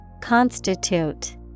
Constitute